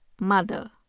mother